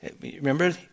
remember